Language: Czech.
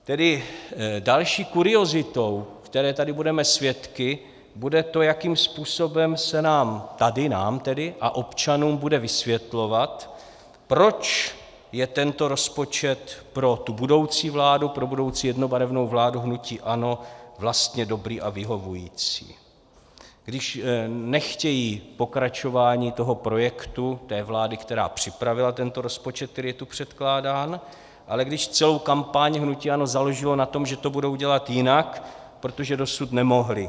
Tedy další kuriozitou, které tady budeme svědky, bude to, jakým způsobem se nám tady nám tedy a občanům bude vysvětlovat, proč je tento rozpočet pro budoucí vládu, pro budoucí jednobarevnou vládu hnutí ANO, vlastně dobrý a vyhovující, když nechtějí pokračování toho projektu, té vlády, která připravila tento rozpočet, který je tu předkládán, ale když celou kampaň hnutí ANO založilo na tom, že to budou dělat jinak, protože dosud nemohli.